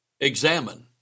examine